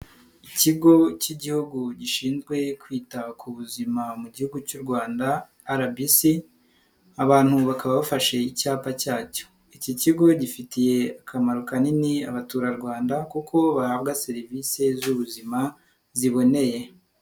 Ikigo cy'igihugu gishinzwe kwita ku buzima mu gihugu cy'u Rwanda rbc abantu bakaba bafashe icyapa cyacyo, iki kigo gifitiye akamaro kanini abaturarwanda kuko bahabwa serivisi z'ubuzima ziboneye.